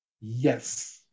Yes